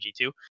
G2